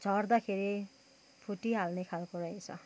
झर्दाखेरि फुटिहाल्ने खालको रहेछ